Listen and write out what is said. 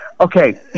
Okay